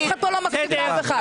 שאלה, אף אחד פה לא מקשיב לאף אחד.